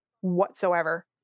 whatsoever